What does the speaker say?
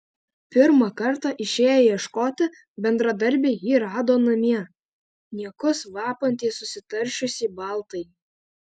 pirmą kartą išėję ieškoti bendradarbiai jį rado namie niekus vapantį susitaršiusį baltąjį